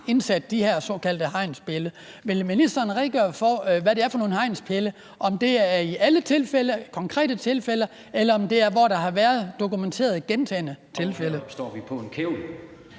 indsat de her såkaldte hegnspæle. Vil ministeren redegøre for, hvad det er for nogen hegnspæle – om det er i alle tilfælde, konkrete tilfælde eller der, hvor der har været dokumenteret gentagne tilfælde?